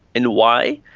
and why?